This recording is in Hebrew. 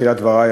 בתחילת דברי,